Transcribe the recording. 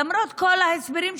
למרות כל ההסברים,